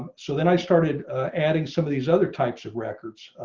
so then i started adding some of these other types of records.